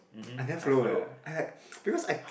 I never follow leh I like because I